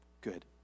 good